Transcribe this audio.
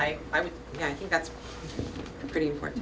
i think that's pretty important